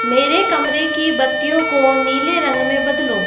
मेरे कमरे की बत्तियों को नीले रंग में बदलो